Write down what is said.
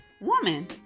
woman